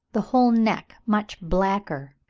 the whole neck much blacker,